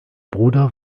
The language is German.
bruder